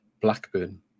Blackburn